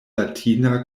latina